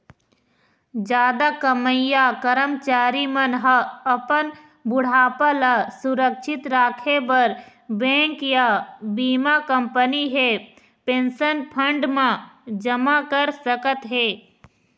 जादा कमईया करमचारी मन ह अपन बुढ़ापा ल सुरक्छित राखे बर बेंक या बीमा कंपनी हे पेंशन फंड म जमा कर सकत हे